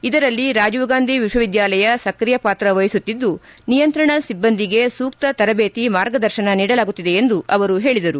ಇದರಲ್ಲಿ ರಾಜೀವ್ ಗಾಂಧಿ ವಿಶ್ವವಿದ್ಯಾಲಯ ಸ್ಕ್ರಿಯಪಾತ್ರ ವಹಿಸುತ್ತಿದ್ದು ನಿಯಂತ್ರಣ ಸಿಬ್ಬಂದಿಗೆ ಸೂಕ್ತ ತರಬೇತಿ ಮಾರ್ಗದರ್ಶನ ನೀಡಲಾಗುತ್ತಿದೆ ಎಂದು ಅವರು ಹೇಳಿದರು